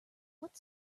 what